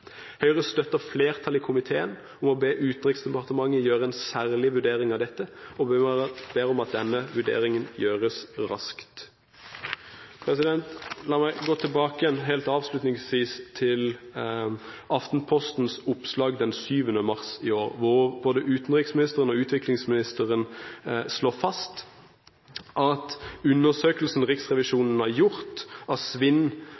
Høyre støtter flertallet i komiteen om å be Utenriksdepartementet gjøre en særlig vurdering av dette og ber om at denne vurderingen gjøres raskt. La meg helt avslutningsvis gå tilbake til Aftenpostens oppslag den 7. mars i år, hvor både utenriksministeren og utviklingsministeren slår fast at undersøkelsen Riksrevisjonen har gjort av svinn,